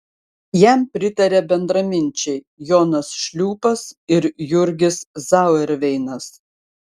jam pritarė bendraminčiai jonas šliūpas ir jurgis zauerveinas